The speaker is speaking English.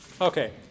okay